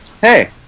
Hey